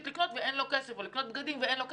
או הולכים לקנות בגדים ואין לו כסף,